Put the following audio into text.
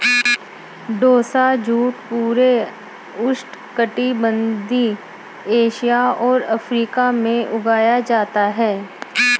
टोसा जूट पूरे उष्णकटिबंधीय एशिया और अफ्रीका में उगाया जाता है